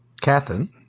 Catherine